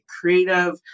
creative